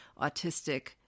autistic